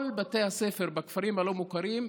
כל בתי הספר בכפרים הלא-מוכרים,